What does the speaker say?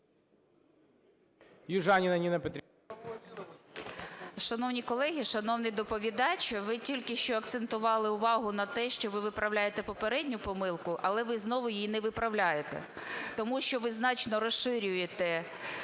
Южаніна Ніна Петрівна.